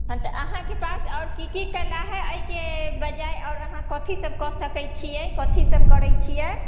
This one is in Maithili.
हँ तऽ अहाँके पास आओर की की कला है एहिके बजाए आओर अहाँ कथी सभ कऽ सकै छियै कथी सभ करै छियै